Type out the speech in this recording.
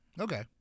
Okay